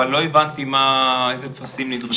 אבל לא הבנתי איזה טפסים נדרשים.